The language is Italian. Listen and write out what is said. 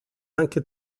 anche